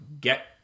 get